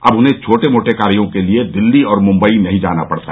अब उन्हें छोटे मोटे कार्यों के लिए दिल्ली और मुम्बई नहीं जाना पड़ता